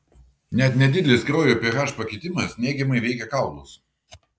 net nedidelis kraujo ph pakitimas neigiamai veikia kaulus